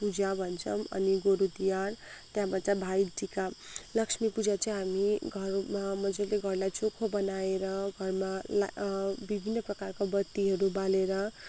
पूजा भन्छौँ अनि गोरु तिहार त्यहाँबाट भाइ टिका लक्ष्मी पूजा चाहिँ हामी घरमा मज्जाले घरलाई चोखो बनाएर घरमा ला विभिन्न प्रकारको बत्तीहरू बालेर